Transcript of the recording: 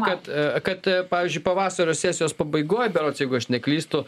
kad a kad pavyzdžiui pavasario sesijos pabaigoj berods jeigu aš neklystu